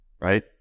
right